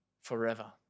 forever